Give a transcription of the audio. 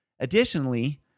Additionally